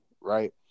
right